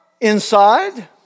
inside